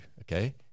okay